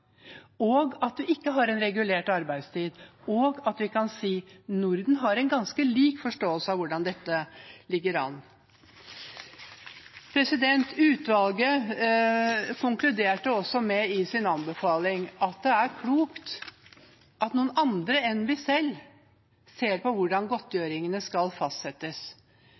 at vi ikke har en regulert arbeidstid, og at vi kan si at Norden har en ganske lik forståelse av hvordan dette ligger an. Utvalget konkluderte også i sin anbefaling med at det er klokt at noen andre enn oss ser på hvordan godtgjøringene skal fastsettes,